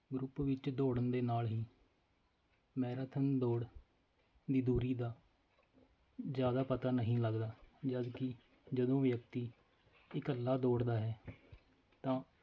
group ਵਿੱਚ ਦੌੜਨ ਦੇ ਨਾਲ ਹੀ ਮੈਰਾਥਨ ਦੌੜ ਦੀ ਦੂਰੀ ਦਾ ਜ਼ਿਆਦਾ ਪਤਾ ਨਹੀਂ ਲੱਗਦਾ ਜਦਕਿ ਜਦੋਂ ਵਿਅਕਤੀ ਇਕੱਲਾ ਦੌੜਦਾ ਹੈ ਤਾਂ